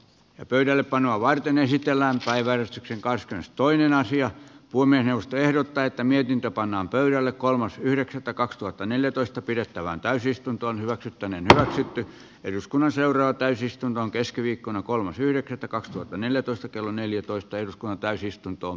yöpöydällepanoa varten esitellään päivän renkaista toinen asia puomejaosto ehdottaa että mietintö pannaan pöydälle kolmas yhdeksättä kaksituhattaneljätoista pidettävään täysistuntoon vakituinen tosite eduskunnan seuraa täysistunnon keskiviikkona kolmas yhdeksättä kaksituhattaneljätoista kello neljätoista täysistuntoon